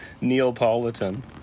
Neapolitan